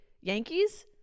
Yankees